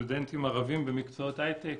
סטודנטים ערבים במקצועות הייטק